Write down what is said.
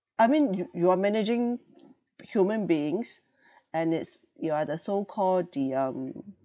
I mean you you are managing human beings and it's you are the so call the um